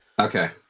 Okay